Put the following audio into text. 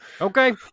okay